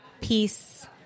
peace